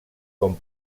com